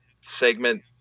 segment